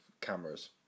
cameras